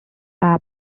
rap